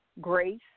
grace